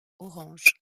orange